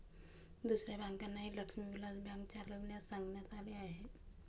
दुसऱ्या बँकांनाही लक्ष्मी विलास बँक चालविण्यास सांगण्यात आले होते